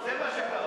זה מה שקרה.